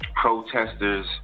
Protesters